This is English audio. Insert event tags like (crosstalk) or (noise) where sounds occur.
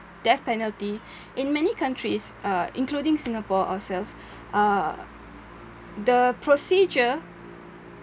death penalty (breath) in many countries uh including singapore ourselves uh the procedure